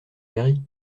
guérie